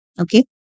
Okay